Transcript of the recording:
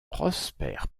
prosper